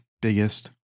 biggest